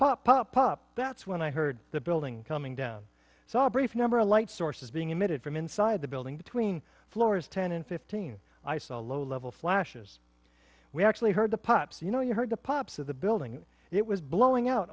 explosions pop up up that's when i heard the building coming down saw a brief number of light sources being emitted from inside the building between floors ten and fifteen i saw low level flashes we actually heard the pops you know you heard the pops of the building it was blowing out